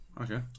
Okay